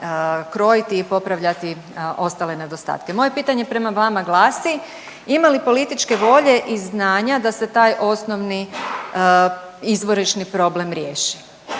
krojiti i popravljati ostale nedostatke. Moje pitanje prema vama glasi ima li političke volje i znanja da se taj osnovni izvorišni problem riješi?